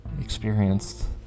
experienced